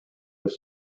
was